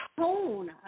tone